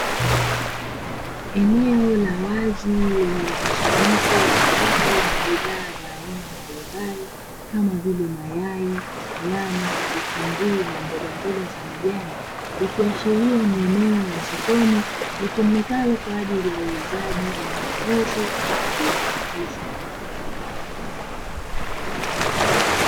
Eneo la wazi lenye mkusanyiko wa watu na bidhaa za aina mbalimbali kama vile mayai, nyanya, vitunguu na mbogamboga za majani; ikiashiria ni eneo la sokoni litumikalo kwa ajili ya uuzaji na ununuzi wa bidhaa hizo.